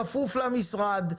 כפוף למשרד,